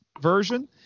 version